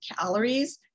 calories